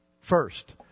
First